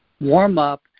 warm-up